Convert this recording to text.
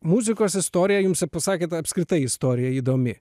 muzikos istorija jums ir pasakėt apskritai istorija įdomi